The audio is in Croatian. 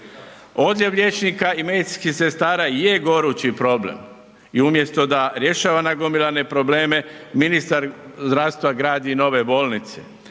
Odljev liječnika i medicinskih sestara je gorući problem i umjesto da rješava nagomilane probleme, ministar zdravstva gradi nove bolnice.